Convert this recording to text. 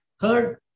Third